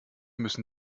müssen